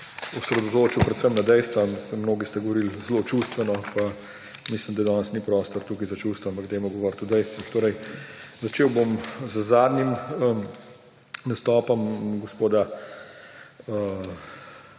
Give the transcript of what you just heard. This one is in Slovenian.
osredotočil predvsem na dejstva. Mnogi ste govorili zelo čustveno, pa mislim, da danes ni prostor tukaj za čustva, ampak dajmo govoriti o dejstvih. Začel bom z zadnjim nastopom gospoda